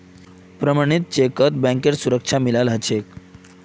प्रमणित चेकक बैंकेर सुरक्षा मिलाल ह छे